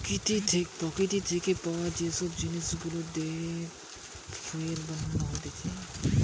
প্রকৃতি থিকে পায়া যে সব জিনিস গুলা দিয়ে ফুয়েল বানানা হচ্ছে